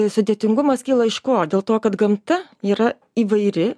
sudėtingumas kyla iš ko dėl to kad gamta yra įvairi